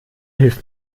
hilft